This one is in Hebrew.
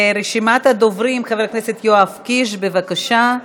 רשימת הדוברים, חבר הכנסת יואב קיש, בבקשה.